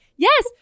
Yes